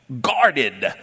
guarded